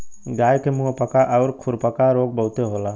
गाय के मुंहपका आउर खुरपका रोग बहुते होला